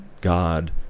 God